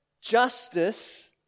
justice